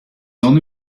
only